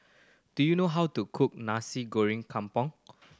do you know how to cook Nasi Goreng Kampung